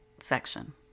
section